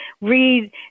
read